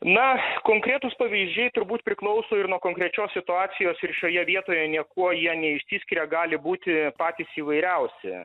na konkretūs pavyzdžiai turbūt priklauso ir nuo konkrečios situacijos ir šioje vietoje niekuo jie neišsiskiria gali būti patys įvairiausi